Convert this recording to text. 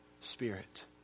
Spirit